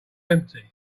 empty